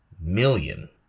million